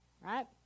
right